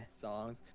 songs